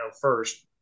first